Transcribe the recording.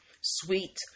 sweet